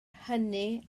hynny